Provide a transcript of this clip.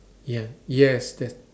yes yes that's